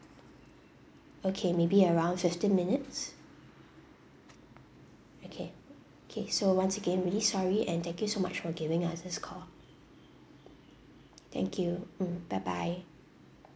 okay maybe around fifteen minutes okay okay so once again really sorry and thank you so much for giving us this call thank you hmm bye bye